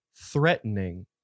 threatening